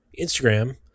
Instagram